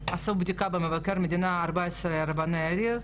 במבקר המדינה עשו בדיקה על 14 רבני עיר,